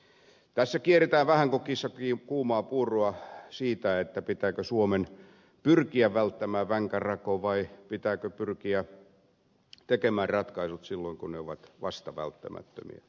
tässä kierretään vähän kuin kissa kuumaa puuroa siitä pitääkö suomen pyrkiä välttämään vänkärako vai pitääkö pyrkiä tekemään ratkaisut vasta silloin kun ne ovat välttämättömiä